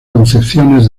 concepciones